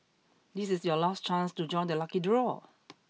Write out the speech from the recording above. this is your last chance to join the lucky draw